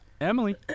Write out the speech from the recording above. Emily